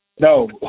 No